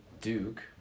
Duke